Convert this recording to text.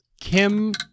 Kim